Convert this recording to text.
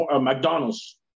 McDonald's